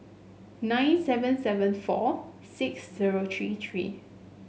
nine seven seven four six zero three three